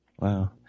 Wow